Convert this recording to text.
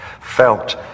felt